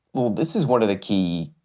well, this is one of the key,